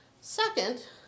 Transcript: Second